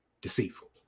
Deceitful